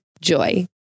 Joy